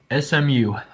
SMU